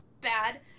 bad